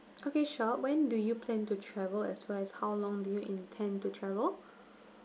okay sure when do you plan to travel as well as how long do you intend to travel